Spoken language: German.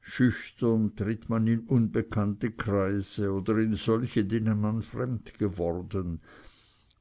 schüchtern tritt man in unbekannte kreise oder in solche denen man fremd geworden